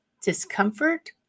discomfort